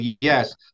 yes